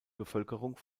bevölkerung